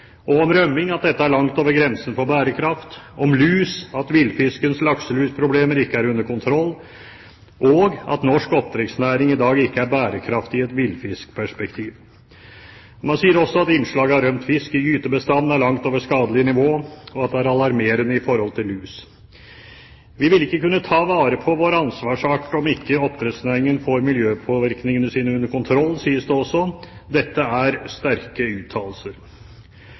Om rømming sa de at dette er langt over grensen for bærekraft, og om lus at villfiskens lakselusproblemer ikke er under kontroll, og at norsk oppdrettsnæring i dag ikke er bærekraftig i et villfiskperspektiv. De sa også at innslaget av rømt fisk i gytebestandene er langt over skadelig nivå, og at det er alarmerende med tanke på lus. De sa også at vi ikke vil kunne ta vare på vår ansvarsart om ikke oppdrettsnæringen får miljøpåvirkningene sine under kontroll. Dette er sterke uttalelser,